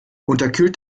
unterkühlt